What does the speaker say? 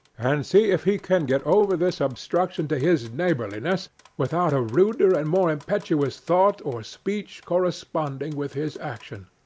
and see if he can get over this obstruction to his neighborliness without a ruder and more impetuous thought or speech corresponding with his action.